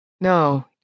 No